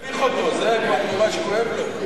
הוא, מביך אותו, זה מה שכואב לו.